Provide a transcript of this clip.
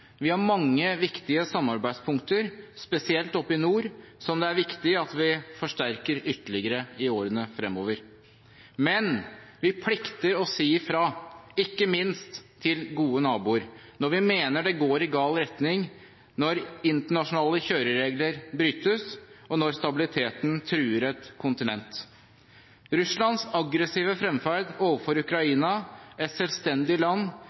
Vi har mange viktige samarbeidspunkter, spesielt oppe i nord, som det er viktig at vi forsterker ytterligere i årene fremover. Men vi plikter å si ifra, ikke minst til gode naboer, når vi mener det går i gal retning, når internasjonale kjøreregler brytes, og når stabiliteten truer et kontinent. Russlands aggressive fremferd overfor Ukraina – et selvstendig land